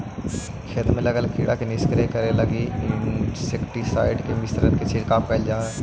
खेत में लगल कीड़ा के निष्क्रिय करे लगी इंसेक्टिसाइट्स् के मिश्रण के छिड़काव कैल जा हई